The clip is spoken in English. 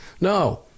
No